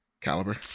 Caliber